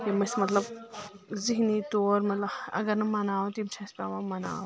یِم ٲسۍ مطلب ذہنی طور مطلب اگر نہٕ مناوو تِم چھِ اسہِ پیٚوان مناوٕنۍ